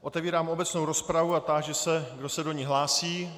Otevírám obecnou rozpravu a táži se, kdo se do ní hlásí.